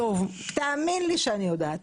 תאמין לי שאני יודעת.